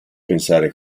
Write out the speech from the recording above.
pensare